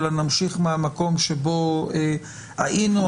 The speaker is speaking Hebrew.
אלא נמשיך מהמקום שבו היינו.